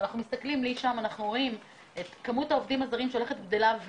אנחנו רואים את כמות העובדים הזרים שהולכת וגדלה,